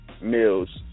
meals